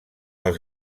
els